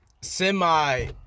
semi